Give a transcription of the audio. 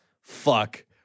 Fuck